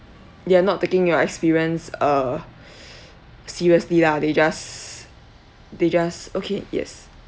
they are not taking your experience uh seriously lah they just they just okay yes